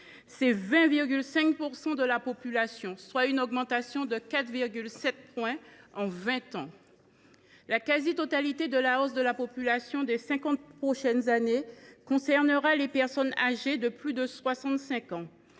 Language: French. C’est 20,5 % de la population, soit une augmentation de 4,7 points en vingt ans. La quasi totalité de la hausse de la population des cinquante prochaines années concernera les personnes âgées de plus de 65 ans